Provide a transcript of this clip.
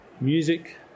Music